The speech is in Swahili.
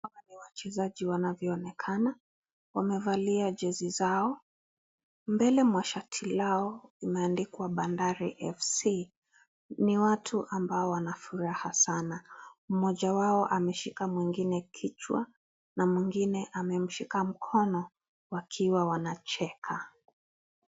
Hawa ni wachezaji wanavyoonekana wamevalia jezi zao , mbele mwa shati lao imeandikwa Bandari FC. Ni watu ambao wana furaha sana. Mmoja wao ameshika mwingine kichwa na mwingine amemshika mikono wakiwa wanacheka.